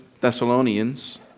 Thessalonians